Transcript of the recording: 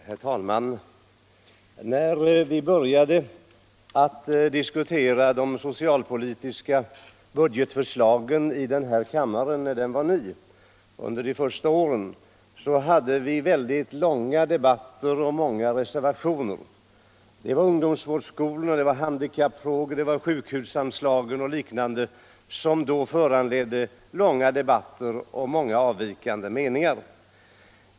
Herr talman! När vi började diskutera de socialpolitiska budgetförslagen i den här kammaren när den var ny, under de första åren, så hade vi väldigt långa debatter och många reservationer. Det var ungdomsvårdsskolor, handikappfrågor, sjukhusanslagen och liknande frågor som då föranledde långa debatter och många avvikande meningar.